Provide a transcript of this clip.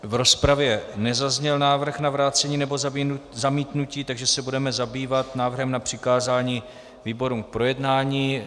V rozpravě nezazněl návrh na vrácení nebo zamítnutí, takže se budeme zabývat návrhem na přikázání výborům k projednání.